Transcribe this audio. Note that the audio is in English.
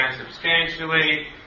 substantially